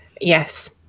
Yes